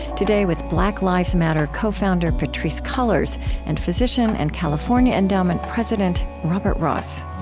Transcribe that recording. today, with black lives matter co-founder patrisse cullors and physician and california endowment president robert ross